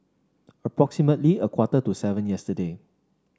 approximately a quarter to seven yesterday